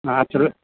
accelerator